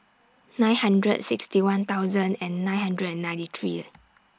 nine hundred sixty one thousand and nine hundred and ninety three